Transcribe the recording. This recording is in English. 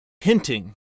hinting